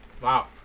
Wow